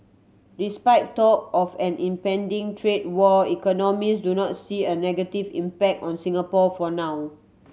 despite talk of an impending trade war economists do not see a negative impact on Singapore for now